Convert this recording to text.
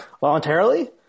voluntarily